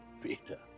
Peter